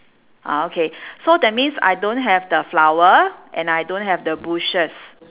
ah okay so that means I don't have the flower and I don't have the bushes